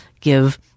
give